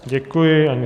Děkuji.